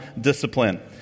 discipline